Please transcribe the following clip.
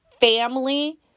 family